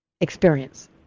experience